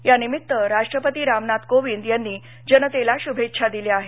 या निमित्त राष्ट्रपती रामनाथ कोविंद यांनी जनतेला शुभेच्छा दिल्या आहेत